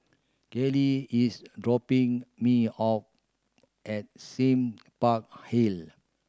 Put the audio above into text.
Karlie is dropping me off at Sime Park Hill